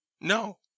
No